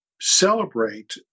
celebrate